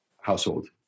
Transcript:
household